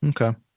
Okay